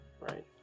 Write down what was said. right